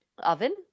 oven